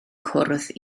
cwrdd